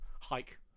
hike